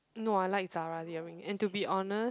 no I like Zara earring and to be honest